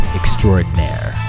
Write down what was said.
extraordinaire